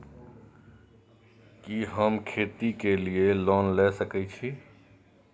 कि हम खेती के लिऐ लोन ले सके छी?